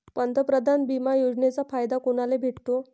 पंतप्रधान बिमा योजनेचा फायदा कुनाले भेटतो?